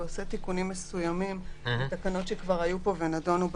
שעושה תיקונים מסוימים לתקנות שכבר היו פה ונדונו בוועדה.